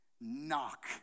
knock